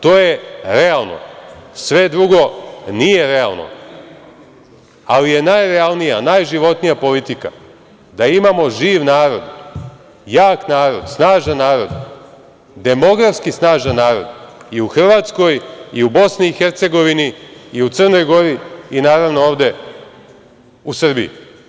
To je realno, sve drugo nije realno ali je najrealnija, najživotnija politika da imamo živ narod, jak narod, snažan narod, demografski snažan narod i u Hrvatskoj i u BiH, i Crnoj Gori, i naravno ovde u Srbiji.